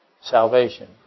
Salvation